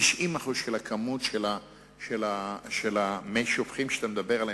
90% מהכמות של מי השופכין שאתה מדבר עליהם,